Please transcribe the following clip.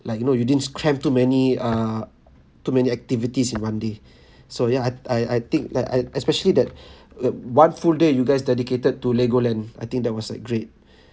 like you know you didn't cramp too many err too many activities in one day so ya I I I think that I especially that uh one full day you guys dedicated to legoland I think that was like great